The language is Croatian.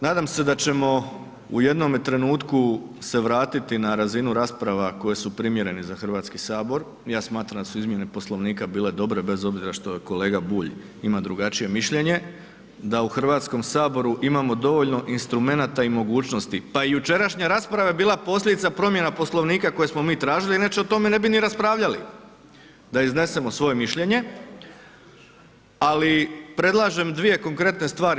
Nadam se da ćemo u jednome trenutku se vratiti na razinu rasprava koje su primjereni za Hrvatski sabor, ja smatram da su izmjene Poslovnika bile dobre, bez obzira što kolega Bulj ima drugačije mišljenje, da u Hrvatskom saboru imamo dovoljno instrumenata i mogućnosti, pa i jučerašnja rasprava je bila posljedica promjena Poslovnika koje smo mi tražili inače o tome ne bi ni raspravljali, da iznesemo svoje mišljenje, ali predlažem dvije konkretne stvari.